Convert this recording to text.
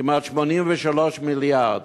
כמעט 83 מיליארד.